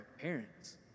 parents